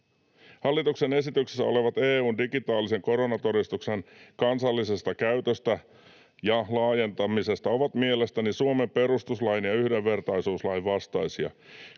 Hallituksen esityksessä olevat ehdotukset EU:n digitaalisen koronatodistuksen kansallisesta käytöstä ja laajentamisesta ovat mielestäni Suomen perustuslain ja yhdenvertaisuuslain vastaisia.